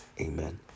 Amen